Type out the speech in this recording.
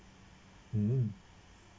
mm